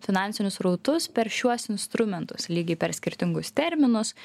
finansinius srautus per šiuos instrumentus lygiai per skirtingus terminus